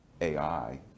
AI